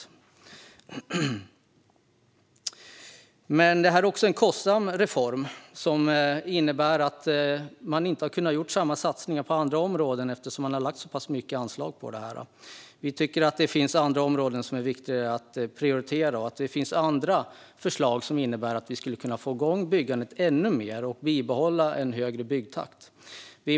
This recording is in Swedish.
Byggsubventionerna är också en kostsam reform som innebär att man inte har kunnat göra satsningar på andra områden; man har ju lagt så mycket anslag på detta. Vi tycker att det finns andra områden som är viktigare att prioritera. Det finns andra förslag som skulle kunna innebära att vi får igång byggandet ännu mer och bibehåller en högre byggtakt.